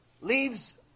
leaves